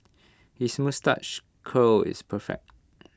his moustache curl is perfect